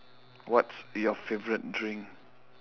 what's your favourite drink